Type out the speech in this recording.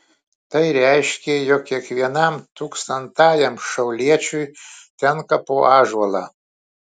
tai reiškė jog kiekvienam tūkstantajam šiauliečiui tenka po ąžuolą